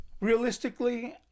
Realistically